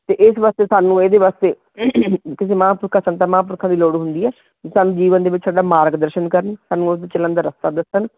ਅਤੇ ਇਸ ਵਾਸਤੇ ਸਾਨੂੰ ਇਹਦੇ ਵਾਸਤੇ ਕਿਸੇ ਮਹਾਂਪੁਰਖਾਂ ਸੰਤਾਂ ਮਹਾਂਪੁਰਖਾਂ ਦੀ ਲੋੜ ਹੁੰਦੀ ਹੈ ਵੀ ਸਾਨੂੰ ਜੀਵਨ ਦੇ ਵਿੱਚ ਸਾਡਾ ਮਾਰਗ ਦਰਸ਼ਨ ਕਰਨ ਸਾਨੂੰ ਉਸ 'ਤੇ ਚੱਲਣ ਦਾ ਰਸਤਾ ਦੱਸਣ